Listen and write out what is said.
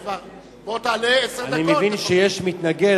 אני מבין שיש מתנגד,